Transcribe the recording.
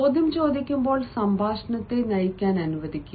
ചോദ്യം ചോദിക്കുമ്പോൾ സംഭാഷണത്തെ നയിക്കാൻ അനുവദിക്കുക